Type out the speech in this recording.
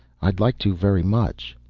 i'd like to very much.